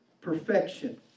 perfection